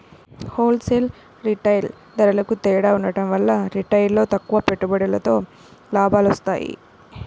whole sale, retail ధరలకూ తేడా ఉండటం వల్ల రిటైల్లో తక్కువ పెట్టుబడితో లాభాలొత్తన్నాయి